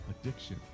addiction